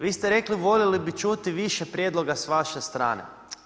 Vi ste rekli, voljeli bi čuti više prijedloga s vaše strane.